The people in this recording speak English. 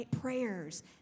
prayers